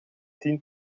tien